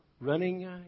running